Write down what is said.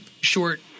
short